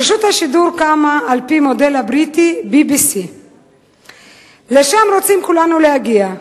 רשות השידור קמה על-פי המודל הבריטי: BBC. לשם כולנו רוצים להגיע.